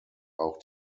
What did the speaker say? auch